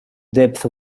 depth